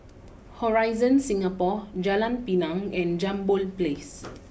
Horizon Singapore Jalan Pinang and Jambol place